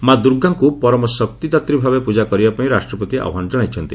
ମା' ଦୂର୍ଗାଙ୍କ ପରମ ଶକ୍ତିଦାତ୍ରୀ ଭାବେ ପୂଜା କରିବାପାଇଁ ରାଷ୍ଟ୍ରପତି ଆହ୍ବାନ ଜଣାଇଛନ୍ତି